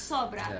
Sobra